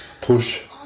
Push